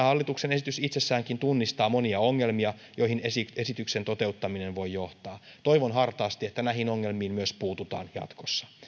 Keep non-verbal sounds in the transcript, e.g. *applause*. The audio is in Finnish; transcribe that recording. *unintelligible* hallituksen esitys itsessäänkin tunnistaa monia ongelmia joihin esityksen toteuttaminen voi johtaa toivon hartaasti että näihin ongelmiin myös puututaan jatkossa